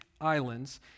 islands